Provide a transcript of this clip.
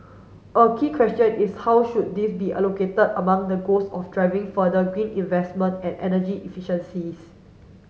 a key question is how should these be allocated among the goals of driving further green investment and energy efficiencies